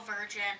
virgin